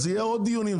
יהיו עוד דיונים,